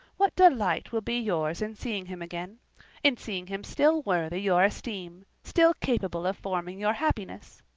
what delight will be yours in seeing him again in seeing him still worthy your esteem, still capable of forming your happiness!